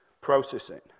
processing